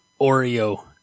Oreo